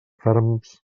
ferms